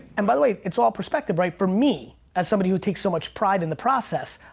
and by the way, it's all perspective, right? for me, as someone who takes so much pride in the process,